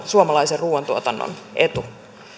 suomalaisen ruuantuotannon etu